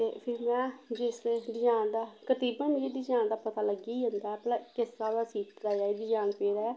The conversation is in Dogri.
ते फिर में जिस डिजाइन दा कतीबन मिगी डिजाइन दा पता लग्गी जंदा ऐ भला किस स्हाब दा सीते जां डिजाइन पेदा ऐ